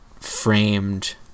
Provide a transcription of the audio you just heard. framed